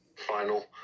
final